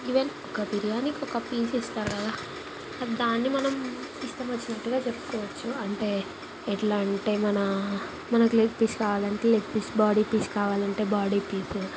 even ఒక బిర్యానీకి ఒక పీస్ ఇస్తాడు కదా దానిని మనం ఇష్టమొచ్చినట్లుగా చెప్పుకోవచ్చు అంటే ఎట్లా అంటే మనా మనకు లెగ్ పీస్ కావాలంటే లెగ్ పీస్ బాడీ పీస్ కావాలంటే బాడీ పీస్